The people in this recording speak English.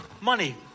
Money